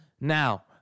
Now